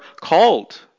called